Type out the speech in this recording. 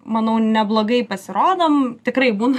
manau neblogai pasirodom tikrai būna